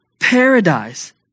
paradise